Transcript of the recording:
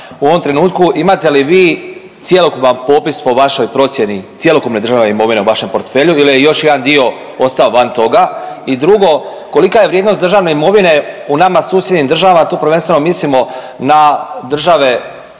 u ovom trenutku imate li cjelokupan popis po vašoj procijeni cjelokupne državne imovine u vašem portfelju ili je još jedan dio ostao van toga. I drugo kolika je vrijednost državne imovine u nama susjednim državama, a tu prvenstveno mislimo na države